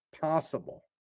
possible